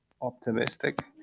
optimistic